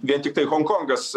vien tiktai honkongas